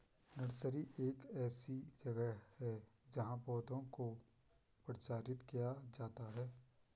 nursery एक ऐसी जगह है जहां पौधों को प्रचारित किया जाता है